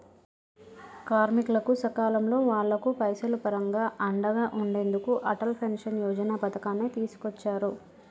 కార్మికులకు సకాలంలో వాళ్లకు పైసలు పరంగా అండగా ఉండెందుకు అటల్ పెన్షన్ యోజన పథకాన్ని తీసుకొచ్చారు